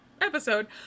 episode